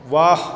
ವಾಹ್